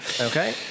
Okay